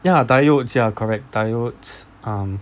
ya diodes ya correct diodes um